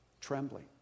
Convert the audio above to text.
Trembling